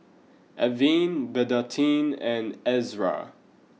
Avene Betadine and Ezerra